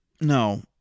No